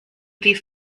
these